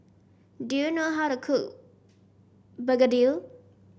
do you know how to cook begedil